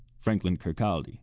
franklin curcalde